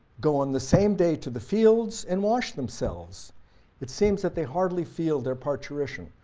go on the same day to the fields and wash themselves it seems that they hardly feel their parturition.